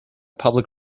public